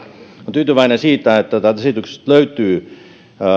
tyytyväinen siitä että täältä esityksestä löytyy